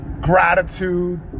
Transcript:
Gratitude